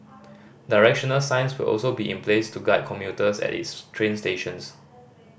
directional signs will also be in place to guide commuters at its train stations